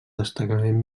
destacament